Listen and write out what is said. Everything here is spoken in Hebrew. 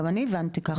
אבל גם אני הבנתי ככה.